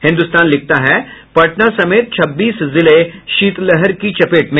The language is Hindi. हिन्दुस्तान लिखता है पटना समेत छब्बीस जिले शीतलहर की चपेट में